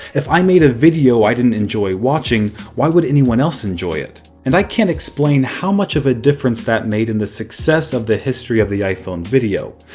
if i made i video i didn't enjoy watching, why would anyone else enjoy it? and i can't explain how much of a difference that made in the success of the history of the iphone video.